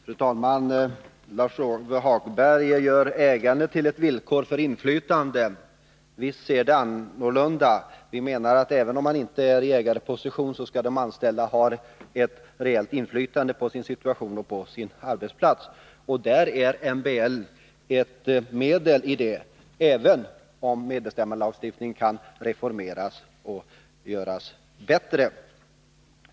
Fru talman! Lars-Ove Hagberg gör ägandet till ett villkor för inflytande. Vi ser det annorlunda. Vi menar att även om de anställda inte är i ägarposition skall de ha ett reellt inflytande på sin situation och på sin arbetsplats. Där är MBL ett medel, även om medbestämmandelagstiftningen kan reformeras och göras bättre.